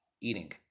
eating